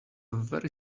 very